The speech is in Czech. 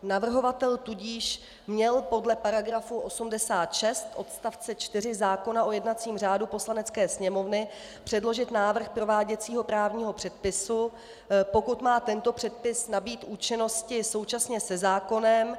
Navrhovatel tudíž měl podle § 86 odst. 4 zákona o jednacím řádu Poslanecké sněmovny předložit návrh prováděcího právního předpisu, pokud má tento předpis nabýt účinnosti současně se zákonem.